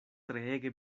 treege